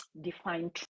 define